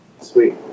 Sweet